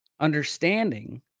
understanding